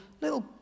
little